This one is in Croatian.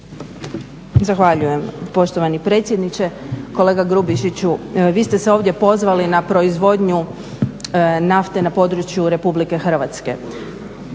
Zahvaljujem poštovani predsjedniče. Kolega Grubišiću, vi ste se ovdje pozvali na proizvodnju nafte na području RH, možemo se